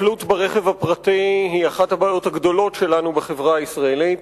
התלות ברכב הפרטי היא אחת הבעיות הגדולות שלנו בחברה הישראלית.